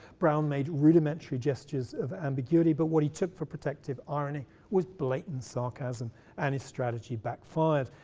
brown made rudimentary gestures of ambiguity, but what he took for protective irony was blatant sarcasm and his strategy backfired.